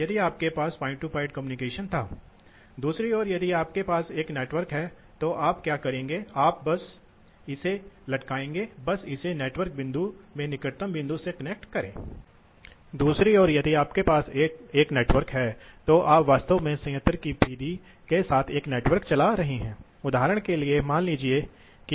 इसलिए जिस क्षण आप इसे धक्का देते हैं उस पर कुछ प्रवाह स्थापित हो जाएगा जिस क्षण आप इसे बंद कर देंगे उस प्रवाह में गिरावट आएगी यह एक अनुमान है वास्तव में प्रवाह तेजी से बढ़ेगा और हम तेजी से गिरेंगे इसलिए यदि आप लगभग इसे एक चौकोर लहर के रूप में